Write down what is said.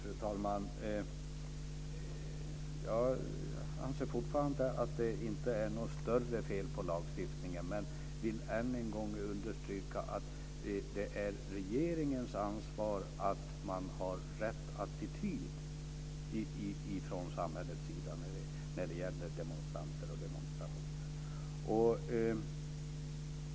Fru talman! Jag anser fortfarande att det inte är något större fel på lagstiftningen, men jag vill än en gång understryka att det är regeringens ansvar att man från samhällets sida har rätt attityd när det gäller demonstranter och demonstrationer.